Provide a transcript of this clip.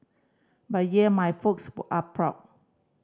but yeah my folks are proud